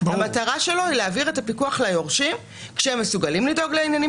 אלא ליורשים שמסוגלים לדאוג לעניינים